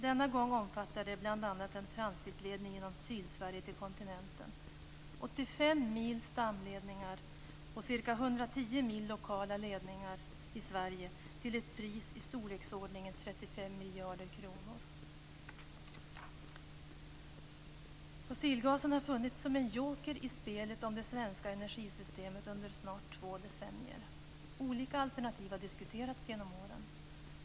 Denna gång omfattar det bl.a. 85 mil stamledningar och ca 110 mil lokala ledningar i Sverige till ett pris i storleksordningen 35 miljarder kronor. Fossilgasen har funnits som en joker i spelet om det svenska energisystemet under snart två decennier. Olika alternativ har diskuterats genom åren.